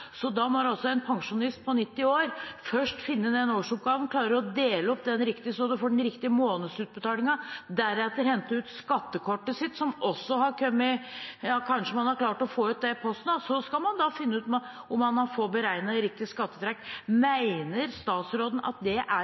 Da må en pensjonist på 90 år først finne den årsoppgaven, så klare å dele opp den riktig så man får den riktige månedsutbetalingen, deretter hente ut skattekortet sitt – som en kanskje har klart å få sendt ut i posten – og så skal man finne ut om man får beregnet riktig skattetrekk. Mener statsråden at det er